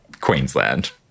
Queensland